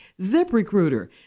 ZipRecruiter